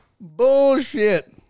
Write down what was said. Bullshit